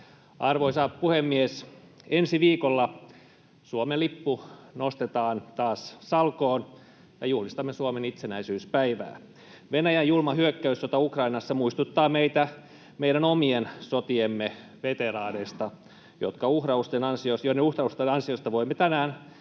Arvoisa puhemies! Ensi viikolla Suomen lippu nostetaan taas salkoon ja juhlistamme Suomen itsenäisyyspäivää. Venäjän julma hyökkäyssota Ukrainassa muistuttaa meitä meidän omien sotiemme veteraaneista, joiden uhrausten ansiosta voimme tänään